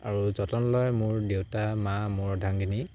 আৰু যতন লয় মোৰ দেউতা মা মোৰ অৰ্ধাঙ্গিনী